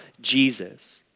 Jesus